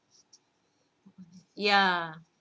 ya